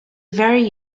very